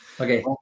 Okay